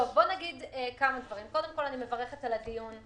קודם כול, אני מברכת על הדיון.